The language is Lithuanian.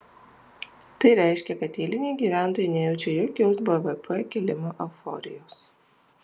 tai reiškia kad eiliniai gyventojai nejaučia jokios bvp kilimo euforijos